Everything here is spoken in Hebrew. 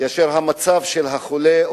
כאשר המצב של החולה,